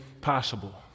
possible